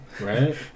Right